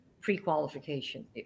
pre-qualification